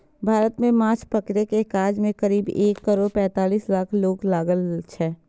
भारत मे माछ पकड़ै के काज मे करीब एक करोड़ पैंतालीस लाख लोक लागल छै